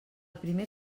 primer